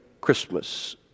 Christmas